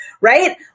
right